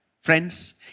Friends